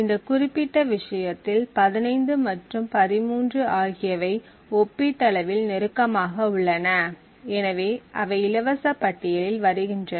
இந்த குறிப்பிட்ட விஷயத்தில் 15 மற்றும் 13 ஆகியவை ஒப்பீட்டளவில் நெருக்கமாக உள்ளன எனவே அவை இலவச பட்டியலில் வருகின்றன